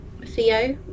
Theo